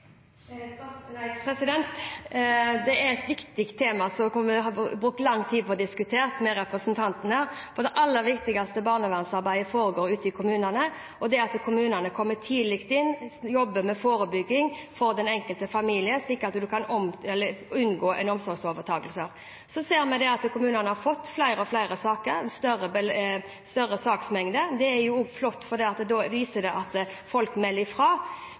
Det er et viktig tema som jeg har brukt lang tid på å diskutere med representanten. Det aller viktigste barnevernsarbeidet foregår ute i kommunene: at kommunene kommer tidlig inn, jobber med forebygging for den enkelte familie, slik at en kan unngå en omsorgsovertakelse. Så ser vi at kommunene har fått flere og flere saker og en større saksmengde. Det er jo flott, for det viser at folk melder ifra.